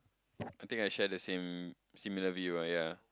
I think I share the same similar view ah ya